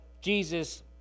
Jesus